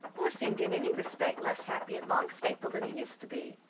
or seemed in any respect less happy at longstaple than he used to be.